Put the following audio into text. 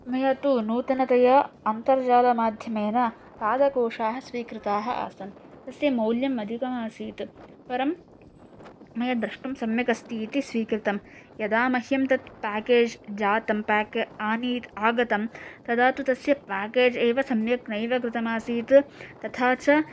मया तु नूतनतया अन्तर्जालमाध्यमेन पादकोशाः स्वीकृताः आसन् तस्य मौल्यम् अधिकमासीत् परं मया द्रष्टुं सम्यक् अस्ति इति स्वीकृतं यदा मह्यं तत् पेकेज् जातं पेक् आनीत् आगतं तदा तु तस्य पेकेज् एव सम्यक् नैव कृतम् आसीत् तथा च